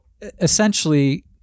essentially